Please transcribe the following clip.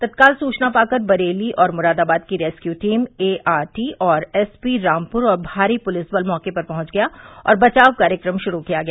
तत्काल सुचना पाकर बरेली और मुरादाबाद की रेसक्यू टीम एआरटी और एसपी रामपुर व भारी पुलिस बल मौके पर पहुंच गया और बचाव कार्य शुरू किया गया